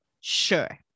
Sure